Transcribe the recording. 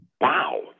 Wow